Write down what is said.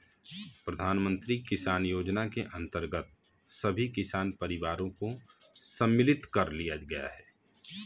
प्रधानमंत्री किसान योजना के अंतर्गत सभी किसान परिवारों को सम्मिलित कर लिया गया है